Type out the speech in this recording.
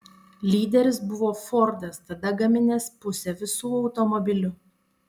lyderis buvo fordas tada gaminęs pusę visų automobilių